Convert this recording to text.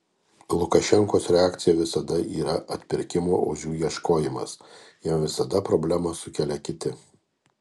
lukašenkos reakcija visada yra atpirkimo ožių ieškojimas jam visada problemas sukelia kiti